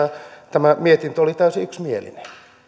tämä mietintö oli täysin yksimielinen